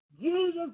Jesus